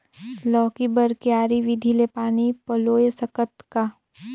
लौकी बर क्यारी विधि ले पानी पलोय सकत का?